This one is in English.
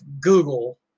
Google